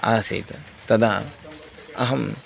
आसीत् तदा अहम्